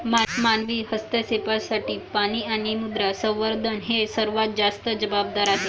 मानवी हस्तक्षेपासाठी पाणी आणि मृदा संवर्धन हे सर्वात जास्त जबाबदार आहेत